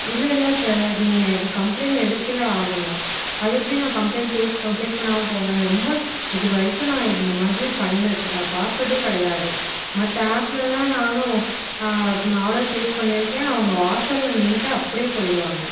இல்லை இல்லை சார் நீங்கள் இதை கம்ப்ளைண்ட் எடுத்தே ஆகணும் அது எப்படி நான் கம்ப்ளைண்ட் ப்ளே ப்ளேஸ் பண்ணாமல் போவேன் ரொம்ப இதுவரைக்கும் நான் இந்த மாதிரி பண்ண பார்த்ததே கிடையாது மற்ற ஆப்லெல்லாம் நானும் ஆர்டர் ப்ளேஸ் பண்ணியிருக்கேன் அவங்க வாசலில் நின்றுட்டு அப்படியே போய்விடுவாங்க